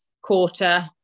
quarter